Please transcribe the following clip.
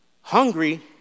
Hungry